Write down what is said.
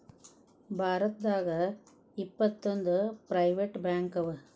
ಭಾರತದಾಗ ಇಪ್ಪತ್ತೊಂದು ಪ್ರೈವೆಟ್ ಬ್ಯಾಂಕವ